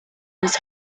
his